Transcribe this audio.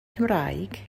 cymraeg